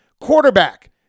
Quarterback